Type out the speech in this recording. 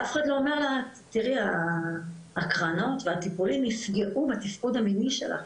אף אחד לא אומר לה תראי ההקרנות והטיפולים יפגעו בתפקוד המיני שלך,